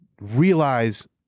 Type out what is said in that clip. realize